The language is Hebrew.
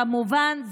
כמובן,